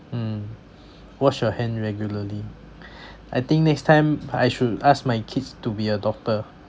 mm wash your hand regularly I think next time I should ask my kids to be a doctor